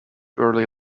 early